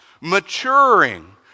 maturing